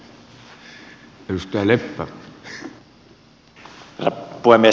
herra puhemies